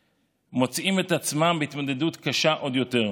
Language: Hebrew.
מוצאים את עצמם בהתמודדות קשה עוד יותר.